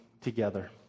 together